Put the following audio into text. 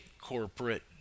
corporate